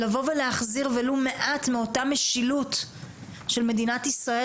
לבוא להחזיר ולו מעט מאותה משילות של משינת ישראל